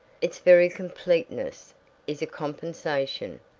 its very completeness is a compensation.